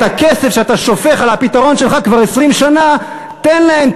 את הכסף שאתה שופך על הפתרון שלך כבר 20 שנה תן להם.